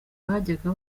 bajyaga